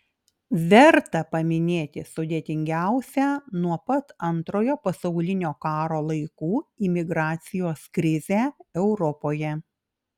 verta paminėti sudėtingiausią nuo pat antrojo pasaulinio karo laikų imigracijos krizę europoje